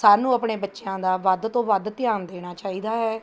ਸਾਨੂੰ ਆਪਣੇ ਬੱਚਿਆਂ ਦਾ ਵੱਧ ਤੋਂ ਵੱਧ ਧਿਆਨ ਦੇਣਾ ਚਾਹੀਦਾ ਹੈ